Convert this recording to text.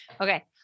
Okay